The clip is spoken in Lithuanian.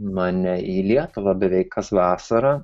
mane į lietuvą beveik kas vasarą